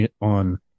on